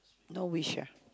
no wish ah